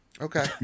Okay